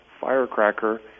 firecracker